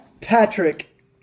Patrick